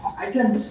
i guess, in